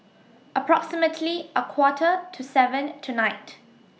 approximately A Quarter to seven tonight